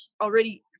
already